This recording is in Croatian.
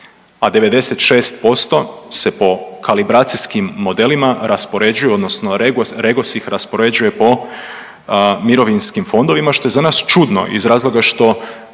a 96% se po kalibracijskim modelima raspoređuju odnosno Regos ih raspoređuje po mirovinskim fondovima što je za nas čudno iz razloga što